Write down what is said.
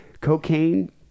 Cocaine